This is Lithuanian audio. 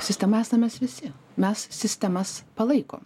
sistema esam mes visi mes sistemas palaikom